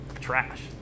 trash